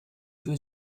für